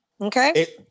Okay